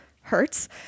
hurts